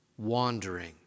wandering